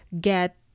get